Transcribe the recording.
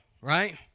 right